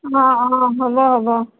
অ অ হ'ব হ'ব